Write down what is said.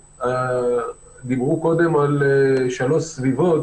דיברו קודם על שלוש סביבות.